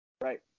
Right